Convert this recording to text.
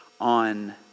on